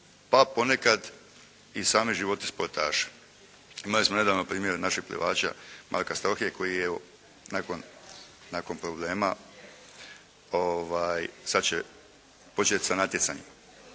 pa ponekad i sami životi sportaša. Imali smo nedavno primjer našeg plivača Marka Strahije koji je nakon problema sad će početi sa natjecanjima.